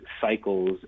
cycles